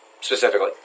specifically